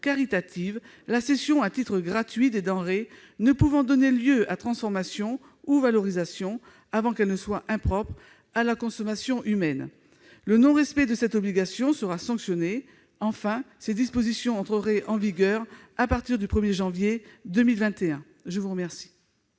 caritatives la cession à titre gratuit des denrées alimentaires ne pouvant donner lieu à transformation ou à valorisation, avant qu'elles ne soient impropres à la consommation humaine. Le non-respect de cette obligation serait sanctionné. Ces dispositions entreraient en vigueur à partir du 1 janvier 2021. Quel